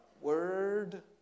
word